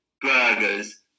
burgers